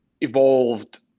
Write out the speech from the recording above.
evolved